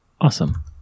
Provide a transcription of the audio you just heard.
Awesome